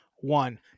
One